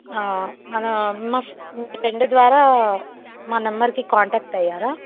మన మా మీ ఫ్రెండ్ ద్వారా మా నెంబర్కి కాంటాక్ట్ అయ్యారా